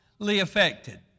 affected